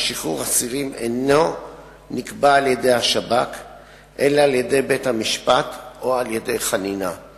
בשנת 2002 הוקצב עונשו על-ידי נשיא המדינה ל-40 שנה.